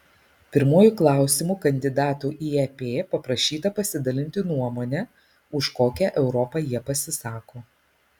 pirmuoju klausimu kandidatų į ep paprašyta pasidalinti nuomone už kokią europą jie pasisako